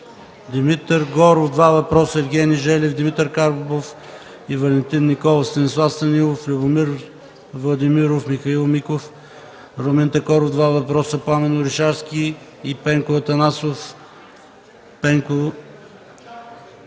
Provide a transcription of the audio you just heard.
Димитър Горов – 2 въпроса, Евгений Желев, Димитър Карбов и Валентин Николов, Станислав Станилов, Любомир Владимиров, Михаил Миков, Румен Такоров – 2 въпроса, Пламен Орешарски и Пенко Атанасов, Пенко